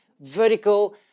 vertical